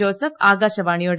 Joseph ആകാശവാണിയോട്